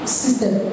system